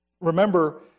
Remember